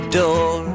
door